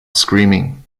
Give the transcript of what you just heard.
screaming